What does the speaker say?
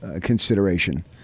consideration